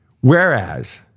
Whereas